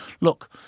Look